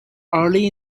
early